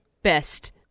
Best